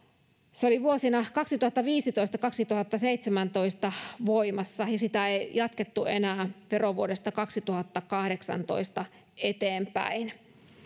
se oli vuosina kaksituhattaviisitoista viiva kaksituhattaseitsemäntoista voimassa ja sitä ei jatkettu enää verovuodesta kaksituhattakahdeksantoista eteenpäin